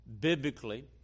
biblically